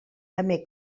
també